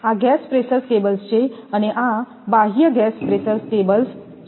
આ gas pressure cables છે અને આ બાહ્ય ગેસ પ્રેશર કેબલ્સ છે